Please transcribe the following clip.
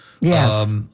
Yes